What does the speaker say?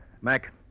Mac